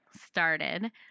started